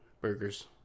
Burgers